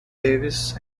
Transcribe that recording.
davis